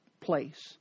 place